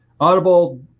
Audible